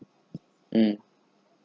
mm